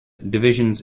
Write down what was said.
divisions